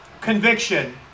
conviction